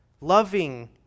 loving